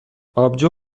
آبجو